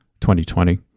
2020